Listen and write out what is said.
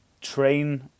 train